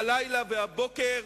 הלילה והבוקר,